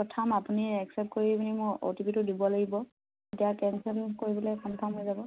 প্ৰথম আপুনি একচেপ্ট কৰি পিনি মই অ'টিপিটো দিব লাগিব এতিয়া কেঞ্চেল কৰিবলে কনফাৰ্ম হৈ যাব